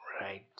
Right